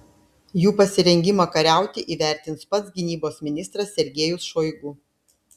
jų pasirengimą kariauti įvertins pats gynybos ministras sergejus šoigu